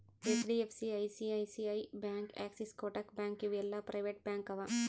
HDFC, ICICI bank, Axis, Kotak bank ಇವು ಎಲ್ಲಾ private bank ಅವಾ